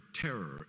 terror